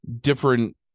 different